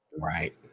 Right